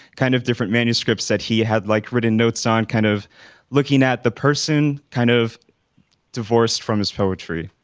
kind of different manuscripts that he had like written notes on, kind of looking at the person kind of divorced from his poetry.